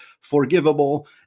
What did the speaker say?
forgivable